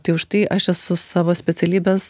tai užtai aš esu savo specialybės